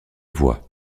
voies